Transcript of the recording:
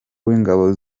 w’ingabo